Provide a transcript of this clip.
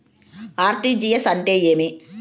RTGS అంటే ఏమి?